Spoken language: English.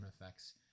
effects